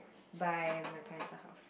buy my parents a house